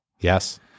Yes